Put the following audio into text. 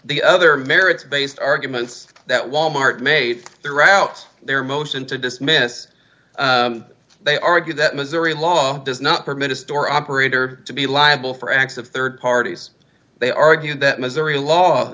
the other merits based arguments that wal mart made throughout their motion to dismiss they argued that missouri law does not permit a store operator to be liable for acts of rd parties they argued that missouri law